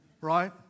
Right